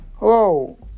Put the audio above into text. Hello